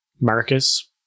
Marcus